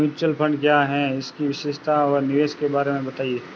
Mutual fund क्या है इसकी विशेषता व निवेश के बारे में बताइये?